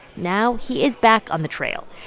now he is back on the trail,